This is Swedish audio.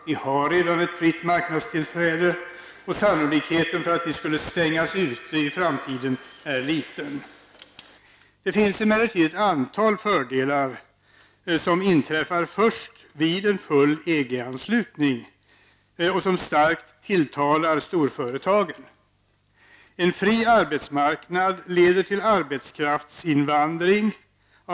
Vi har redan fritt marknadstillträde, och sannolikheten för att vi skulle stängas ute i framtiden är liten. Det finns emellertid ett antal fördelar som inträffar först vid full EG-anslutning och som starkt tilltalar storföretagen. En fri arbetsmarknad leder till arbetskraftsinvandring.